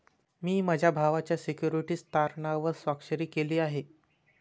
मी माझ्या भावाच्या सिक्युरिटीज तारणावर स्वाक्षरी केली आहे